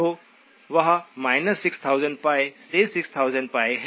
तो वह 6000π से 6000π है